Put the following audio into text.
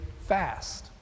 fast